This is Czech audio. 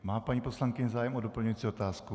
Má paní poslankyně zájem o doplňující otázku?